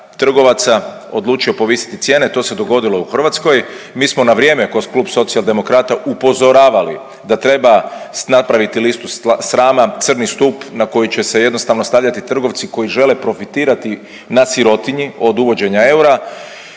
trgovaca odlučio povisiti cijene. To se dogodilo u Hrvatskoj. Mi smo na vrijeme kao klub Sociodemokrata upozoravali da treba napraviti listu srama, crni stup na koji će se jednostavno stavljati trgovci koji žele profitirati na sirotinji od uvođenja eura.